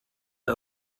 der